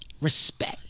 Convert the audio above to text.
respect